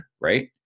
right